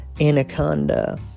Anaconda